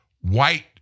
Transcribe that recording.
white